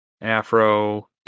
Afro